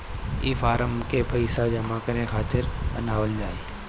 ई फारम के पइसा जमा करे खातिरो बनावल जाए